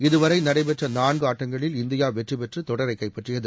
இதுவரை நடைபெற்ற நான்கு ஆட்டங்களில் இந்தியா வெற்றி பெற்று தொடரைக் கைப்பற்றியது